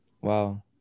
wow